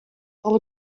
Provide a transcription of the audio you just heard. alle